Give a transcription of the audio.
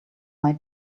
might